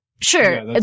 Sure